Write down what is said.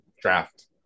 draft